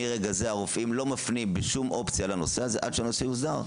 מרגע זה הרופאים לא מפנים בשום אופציה לנושא הזה עד שהנושא יוסדר,